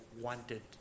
wanted